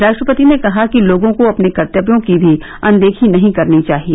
राष्ट्रपति ने कहा कि लोगों को अपने कर्तव्यों की भी अनदेखी नहीं करनी चाहिए